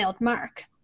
Mark